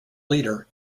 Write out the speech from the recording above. leader